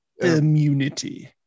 Immunity